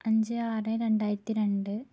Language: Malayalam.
അഞ്ച് ആറ് രണ്ടായിരത്തിരണ്ട്